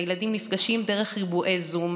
הילדים נפגשים דרך ריבועי זום.